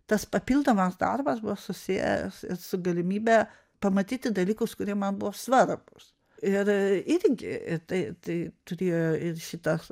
tas papildomas darbas buvo susijęs su galimybe pamatyti dalykus kurie man buvo svarbūs ir irgi tai tai turėjo ir šitas